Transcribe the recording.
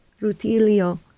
Rutilio